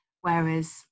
whereas